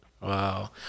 Wow